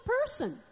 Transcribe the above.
person